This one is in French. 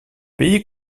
pays